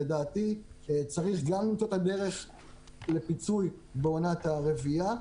לדעתי צריך גם למצוא את הדרך לפיצוי בעונת הרבייה,